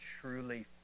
truly